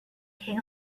king